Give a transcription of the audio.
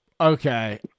Okay